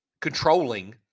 controlling